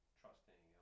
trusting